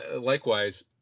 likewise